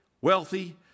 wealthy